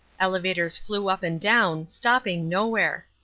elevators flew up and down, stopping nowhere.